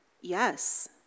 yes